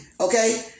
Okay